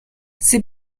sie